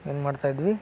ಏನು ಮಾಡ್ತಾ ಇದ್ವಿ